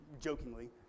jokingly